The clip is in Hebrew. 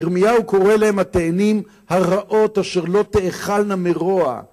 ירמיהו קורא להן התאנים הרעות אשר לא תאכלנה מרוע